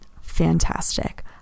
fantastic